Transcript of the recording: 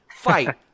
fight